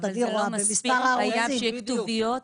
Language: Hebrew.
חייב שיהיו כתוביות.